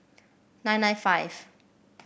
nine nine five